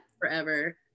forever